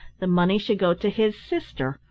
the money should go to his sister,